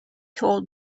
told